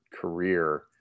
career